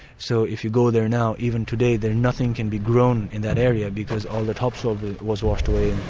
so if you go there now, even today there nothing can be grown in that area, because all the topsoil was washed away